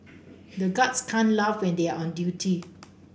the guards can't laugh when they are on duty